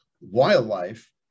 wildlife